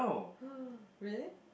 really